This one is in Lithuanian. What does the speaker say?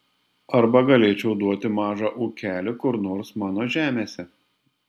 arba galėčiau duoti mažą ūkelį kur nors mano žemėse